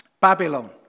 Babylon